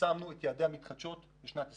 פרסמנו את יעדי המתחדשות לשנת 2030,